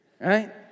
right